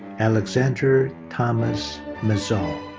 alexander thomas mazal.